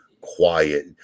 quiet